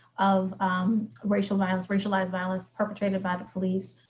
of racial violence, racialized violence perpetrated by the police.